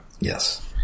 Yes